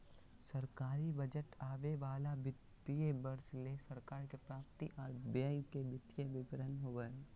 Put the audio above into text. सरकारी बजट आवे वाला वित्तीय वर्ष ले सरकार के प्राप्ति आर व्यय के वित्तीय विवरण होबो हय